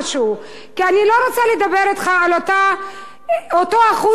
כי אני לא רוצה לדבר אתך על אותו 1% של מע"מ,